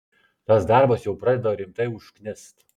tas darbas jau pradeda rimtai užknist